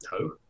No